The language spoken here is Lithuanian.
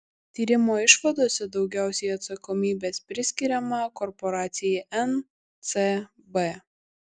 tyrimo išvadose daugiausiai atsakomybės priskiriama korporacijai ncb